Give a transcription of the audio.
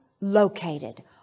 located